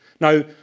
Now